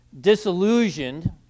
disillusioned